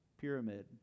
pyramid